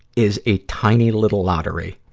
is a tiny, little lottery.